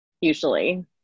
usually